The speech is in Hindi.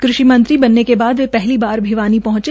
कृषि मंत्री बनने के बाद वे पहली बार भिवानी पहूंचे